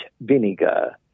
vinegar